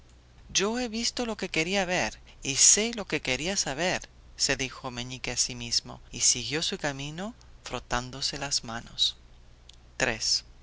yo he visto lo que quería ver y sé lo que quería saber se dijo meñique a sí mismo y siguió su camino frotándose las manos